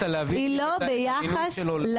היא לא ביחס,